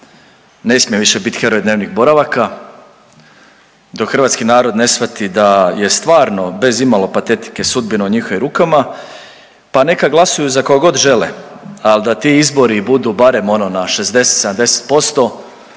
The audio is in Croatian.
ne smije više biti heroj dnevnih boravaka. Dok hrvatski narod ne shvati da je stvarno bez i imalo patetike sudbina u njihovim rukama, pa neka glasuju za koga god žele. Ali da ti izbori budu barem ono na 60, 70%